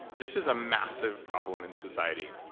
this is a massive problem in society,